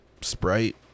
Sprite